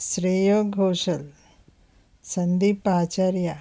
Shreya Ghoshal Sandeep Acharya